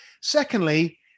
Secondly